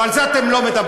ועל זה אתם לא מדברים.